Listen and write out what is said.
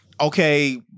okay